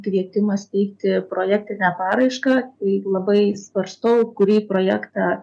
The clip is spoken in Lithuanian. kvietimas teikti projektinę paraišką tai labai svarstau kurį projektą